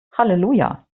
halleluja